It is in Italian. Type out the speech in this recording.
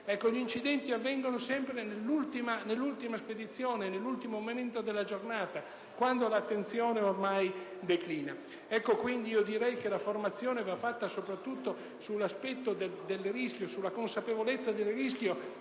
Gli incidenti avvengono sempre nell'ultima spedizione e nell'ultimo momento della giornata, quando l'attenzione declina. La formazione va fatta sull'aspetto del rischio e sulla consapevolezza del rischio